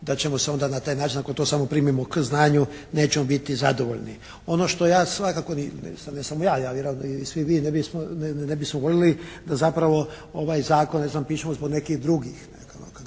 da ćemo se onda na taj način ako to samo primimo k znanju nećemo biti zadovoljni. Ono što ja svakako, ne samo ja, vjerojatno i svi vi ne bismo voljeli da zapravo ovaj Zakon ne znam pišemo zbog nekih drugih,